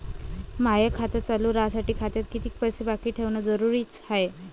माय खातं चालू राहासाठी खात्यात कितीक पैसे बाकी ठेवणं जरुरीच हाय?